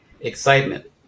Excitement